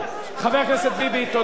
חבר הכנסת ביבי, תודה.